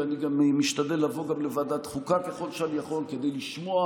ואני משתדל לבוא לוועדת חוקה ככל שאני יכול כדי לשמוע,